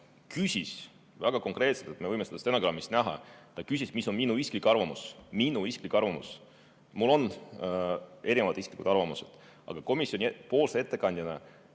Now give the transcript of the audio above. küsis väga konkreetselt, me võime seda stenogrammist näha, mis on minu isiklik arvamus. Minu isiklik arvamus. Mul on erinevad isiklikud arvamused, aga komisjoni ettekandjana